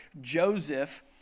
Joseph